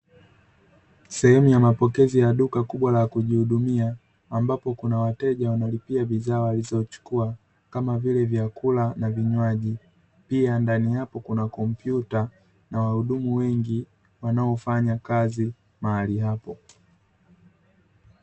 Sehemu ya mapokezi duka kubwa la kujihudumia, ambapo kuna wateja wanalipia bidhaa walizochukua kama vile vyakula na vinywaji, pia ndani yapo kuna kompyuta na wahudumu wengi wanaofanya kazi mahali hapo.